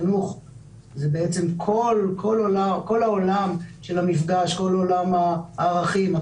פשוט הדיון שלנו היום מתמקד